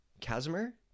casimir